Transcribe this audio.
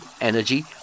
energy